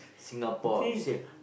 Singapore you see